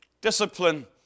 discipline